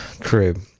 crib